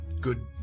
good